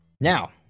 now